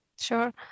Sure